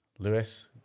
Lewis